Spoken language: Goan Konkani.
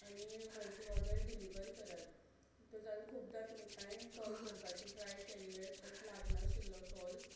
आनी म्हजी ऑर्डर डिलिव्हर करात बिकॉज हांवें खुबदां तुमकांय कॉल करपाचें ट्राय केल्लें बट लागनाशिल्लो कॉल